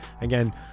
again